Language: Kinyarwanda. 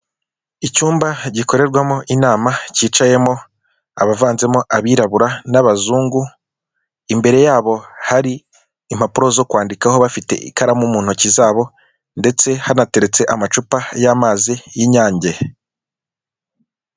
Icyumba gikorerwamo inama cyicayemo abavanzemo abirabura n'abazungu, imbere yabo hari impapuro zo kwandikaho, bafite ikaramu mu ntoki zabo ndetse hanateretse amacupa y'amazi y'Inyange.